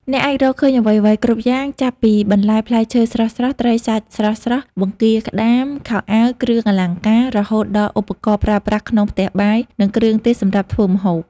អ្នកអាចរកឃើញអ្វីៗគ្រប់យ៉ាង ចាប់ពីបន្លែផ្លែឈើស្រស់ៗ ត្រីសាច់ស្រស់ៗ បង្គាក្តាម ខោអាវ គ្រឿងអលង្ការ រហូតដល់ឧបករណ៍ប្រើប្រាស់ក្នុងផ្ទះបាយ និងគ្រឿងទេសសម្រាប់ធ្វើម្ហូប។